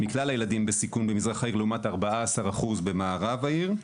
מכלל הילדים בסיכון במזרח העיר לעומת 14% במערב העיר.